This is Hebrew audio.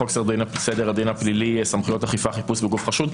חוק סדר הדין הפלילי (סמכויות אכיפה וחיפוש בגוף חשוד).